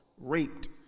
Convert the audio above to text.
raped